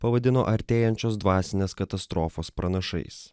pavadino artėjančios dvasinės katastrofos pranašais